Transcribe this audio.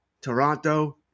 Toronto